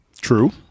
True